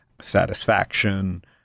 satisfaction